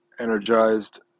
energized